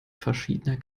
verschiedener